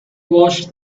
watched